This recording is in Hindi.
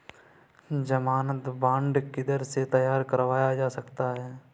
ज़मानत बॉन्ड किधर से तैयार करवाया जा सकता है?